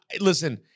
listen